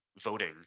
voting